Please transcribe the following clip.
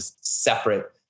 separate